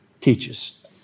teaches